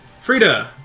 Frida